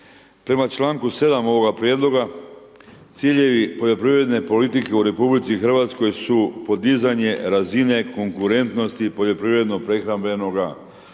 Prema članku 7. ovoga prijedloga, ciljevi poljoprivredne politike u RH su podizanje razine konkurentnosti poljoprivredno-prehrambenoga sektora,